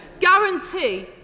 guarantee